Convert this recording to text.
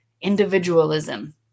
individualism